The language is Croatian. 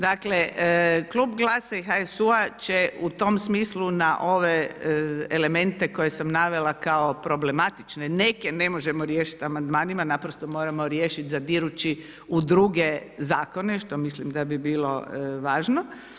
Dakle, Klub GLAS-a i HSU-a će u tom smislu na ove elemente koje sam navela kao problematične, neke ne možemo riješiti amandmanima, naprosto moramo riješiti zadirući u druge zakone što mislim da bi bilo važno.